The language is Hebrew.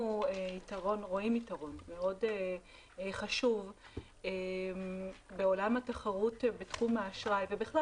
אנחנו רואים יתרון מאוד חשוב בעולם התחרות בתחום האשראי ובכלל